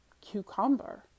cucumber